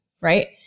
right